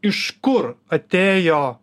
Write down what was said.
iš kur atėjo